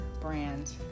brand